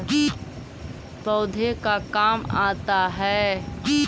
पौधे का काम आता है?